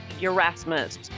Erasmus